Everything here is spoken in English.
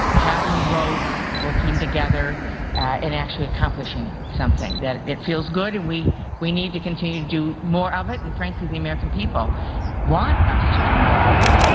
having votes, working together and actually accomplishing something. it it feels good and we we need to continue to do more of it and frankly the american people want us to do more of it.